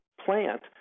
plant